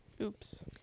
Oops